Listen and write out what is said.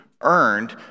earned